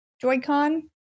Joy-Con